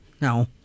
No